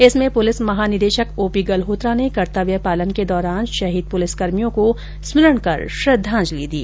इसमें प्रलिस महानिदेशक ओपी गल्होत्रा ने कर्तव्य पालन के दौरान शहीद पुलिसकर्मियों को स्मरण कर श्रद्धांजलि दी